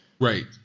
Right